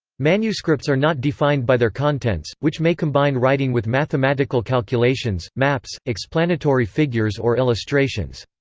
manuscripts are not defined by their contents, which may combine writing with mathematical calculations, maps, explanatory figures or illustrations.